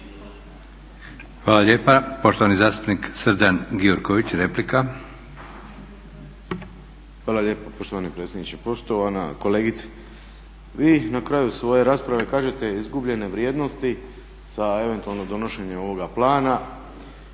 Hvala lijepa. Poštovani zastupnik Srđan Gjurković replika. **Gjurković, Srđan (HNS)** Hvala lijepa poštovani predsjedniče. Poštovana kolegice, vi na kraju svoje rasprave kažete izgubljene vrijednosti sa eventualno donošenjem ovoga plana,